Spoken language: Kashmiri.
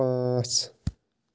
پانٛژ